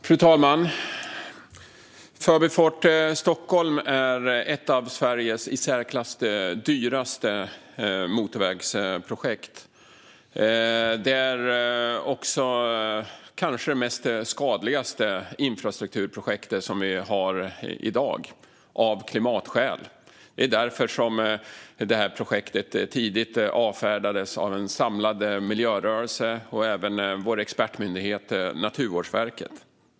Fru talman! Förbifart Stockholm är ett av Sveriges i särklass dyraste motorvägsprojekt. Det är också kanske det skadligaste infrastrukturprojektet som vi har i dag, av klimatskäl. Det är därför som det här projektet tidigt avfärdades av en samlad miljörörelse och även av vår expertmyndighet Naturvårdsverket.